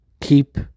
keep